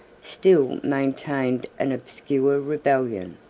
still maintained an obscure rebellion.